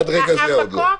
עד לרגע זה עוד לא עושים.